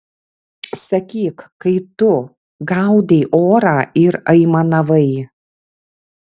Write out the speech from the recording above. sakyk kai tu gaudei orą ir aimanavai